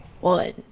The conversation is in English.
One